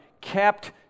kept